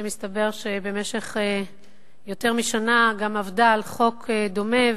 שהתברר שבמשך יותר משנה גם היא עבדה על חוק דומה,